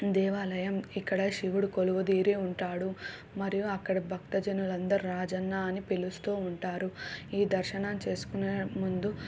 దేవాలయం ఇక్కడ శివుడు కొలువుతీరి ఉంటాడు మరియు అక్కడ భక్తజనులందరు రాజన్న అని పిలుస్తూ ఉంటారు ఈ దర్శనం చేసుకునే ముందు